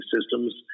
systems